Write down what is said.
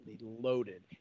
loaded